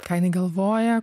ką jinai galvoja